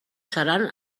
seran